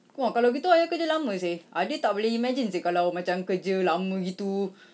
!wah! kalau gitu ayah kerja lama seh adik tak boleh imagine seh kalau macam kerja lama gitu